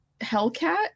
hellcat